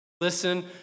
listen